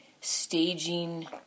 staging